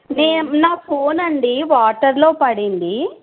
నే నా ఫోనండి వాటర్లో పడింది